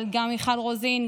אבל גם מיכל רוזין,